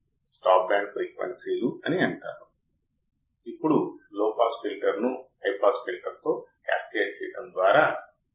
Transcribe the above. అవునా కాబట్టి మనం ఇప్పుడు నాన్ ఇన్వర్టింగ్ టెర్మినల్లోని వోల్టేజ్ 1 వోల్ట్ అని ఇన్వర్టింగ్ టెర్మినల్ వద్ద వోల్టేజ్ 2 వోల్ట్స్ అని పరిగణిద్దాం